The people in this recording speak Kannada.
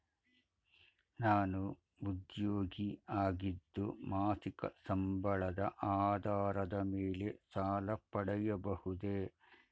ನಾನು ಉದ್ಯೋಗಿ ಆಗಿದ್ದು ಮಾಸಿಕ ಸಂಬಳದ ಆಧಾರದ ಮೇಲೆ ಸಾಲ ಪಡೆಯಬಹುದೇ?